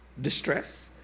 distress